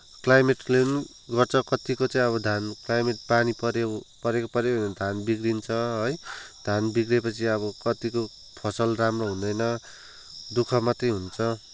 क्लाइमेटले पनि गर्छ कतिको चाहिँ अब धान क्लाइमेट पानी पऱ्यो परेको परै भयो भने धान बिग्रिन्छ है धान बिग्रिएपछि अब कतिको फसल राम्रो हुँदैन दुःख मात्रै हुन्छ